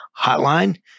hotline